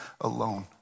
alone